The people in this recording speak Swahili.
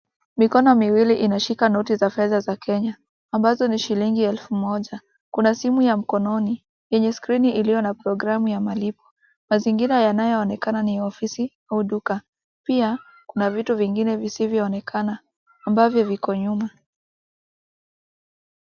Mikono miwili imeshika noti za fedha za Kenya, ambazo ni shilingi elfu moja. Kuna simu ya mkononi yenye skrini iliyo na programu ya malipo. Mazingira yanayoonekana ni ofisi au duka, pia kuna vitu vingine visivyo onekana ambavyo viko nyuma.